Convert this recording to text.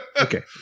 Okay